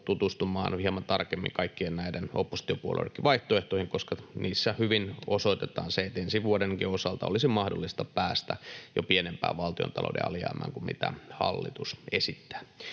tutustumaan hieman tarkemmin kaikkien näiden oppositiopuolueidenkin vaihtoehtoihin, koska niissä hyvin osoitetaan se, että ensi vuodenkin osalta olisi mahdollista päästä jo pienempään valtiontalouden alijäämään kuin mitä hallitus esittää.